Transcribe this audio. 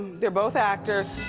they're both actors.